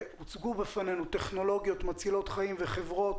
הוצגו בפנינו טכנולוגיות מצילות חיים וחברות